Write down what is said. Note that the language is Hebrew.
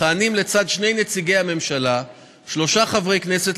מכהנים לצד שני נציגי הממשלה שלושה חברי כנסת,